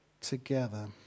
together